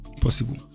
Possible